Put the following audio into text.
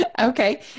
Okay